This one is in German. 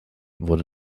wurde